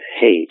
hate